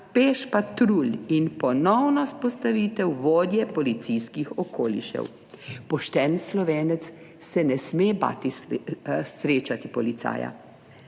peš patrulj in ponovna vzpostavitev vodje policijskih okolišev. Pošten Slovenec se ne sme bati srečati policaja.